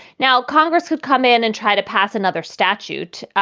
now, congress could come in and try to pass another statute.